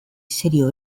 serio